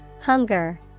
Hunger